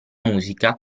musica